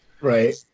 Right